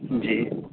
جی